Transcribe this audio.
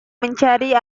mencari